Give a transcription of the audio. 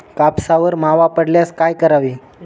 कापसावर मावा पडल्यास काय करावे?